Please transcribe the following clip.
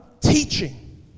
teaching